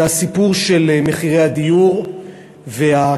זה הסיפור של מחירי הדיור והכישלון